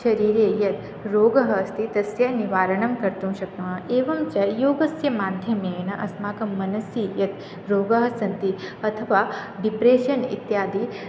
शरीरे यत् रोगः अस्ति तस्य निवारणं कर्तुं शक्नुमः एवं च योगस्य माध्यमेन अस्माकं मनसि यत् रोगाः सन्ति अथवा डिप्रेशन् इत्यादि